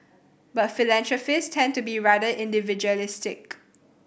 but philanthropists tend to be rather individualistic